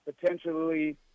potentially